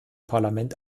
parlament